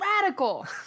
radical